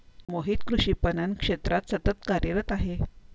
मोहित कृषी पणन क्षेत्रात सतत कार्यरत आहे